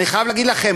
אני חייב להגיד לכם,